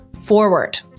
forward